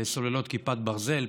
סוללות כיפת ברזל,